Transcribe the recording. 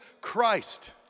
Christ